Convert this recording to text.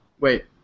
Wait